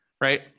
right